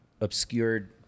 obscured